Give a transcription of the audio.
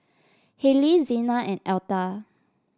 Hailie Xena and Altha